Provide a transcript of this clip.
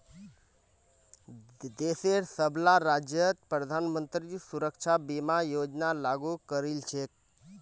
देशेर सबला राज्यत प्रधानमंत्री सुरक्षा बीमा योजना लागू करील छेक